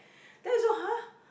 then I saw !huh!